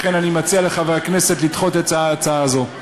לכן אני מציע לחברי הכנסת לדחות את ההצעה הזו.